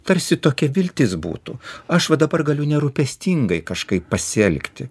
tarsi tokia viltis būtų aš va dabar galiu nerūpestingai kažkaip pasielgti